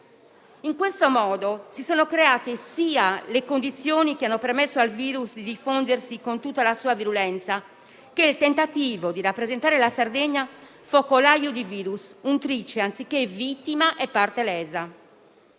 In questo modo, si sono creati sia le condizioni che hanno permesso al virus di diffondersi con tutta la sua virulenza sia il tentativo di rappresentare la Sardegna come focolaio e untrice, anziché vittima e parte lesa.